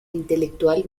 intelectual